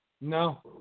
No